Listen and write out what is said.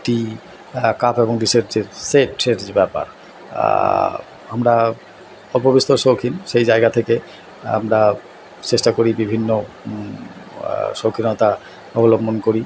টি হ্যাঁ কাপ এবং ডিশের যে সেট ব্যাপার আমরা অল্প বিস্তর শৌখিন সেই জায়গা থেকে আমরা চেষ্টা করি বিভিন্ন শৌখিনতা অবলম্বন করি